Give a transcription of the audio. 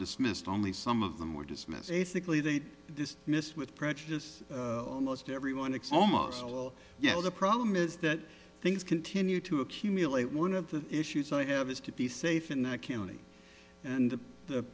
dismissed only some of them were dismissed ethically they just missed with prejudice almost everyone except the muscle you know the problem is that things continue to accumulate one of the issues i have is to be safe in that county and the